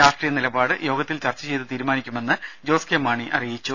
രാഷ്ട്രീയ നിലപാട് യോഗത്തിൽ ചർച്ച ചെയ്ത് തീരുമാനിക്കുമെന്ന് ജോസ് കെ മാണി അറിയിച്ചു